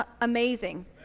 amazing